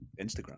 instagram